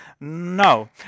no